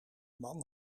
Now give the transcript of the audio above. man